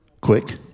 quick